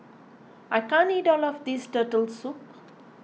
I can't eat all of this Turtle Soup